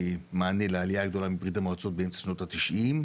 מענה לעלייה הגדולה של ברית המועצות באמצע שנות ה-90'.